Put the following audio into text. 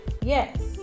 Yes